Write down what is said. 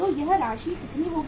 तो यह राशि कितनी होगी